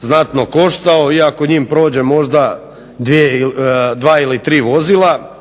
znatno koštao iako njime prođe možda dva ili tri vozila,